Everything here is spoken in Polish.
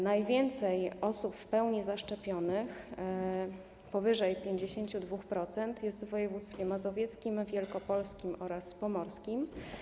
Najwięcej osób w pełni zaszczepionych powyżej 52% jest w województwach mazowieckim, wielkopolskim oraz pomorskim.